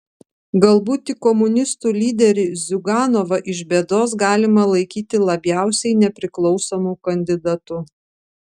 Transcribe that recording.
galbūt tik komunistų lyderį ziuganovą iš bėdos galima laikyti labiausiai nepriklausomu kandidatu